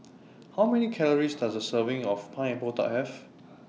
How Many Calories Does A Serving of Pineapple Tart Have